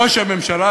ראש הממשלה,